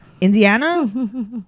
indiana